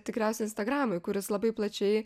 tikriausia instagramui kuris labai plačiai